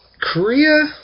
Korea